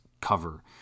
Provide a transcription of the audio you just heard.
cover